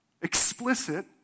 explicit